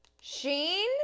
Sheen